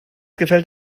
gefällt